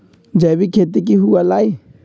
जैविक खेती की हुआ लाई?